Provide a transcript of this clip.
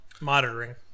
monitoring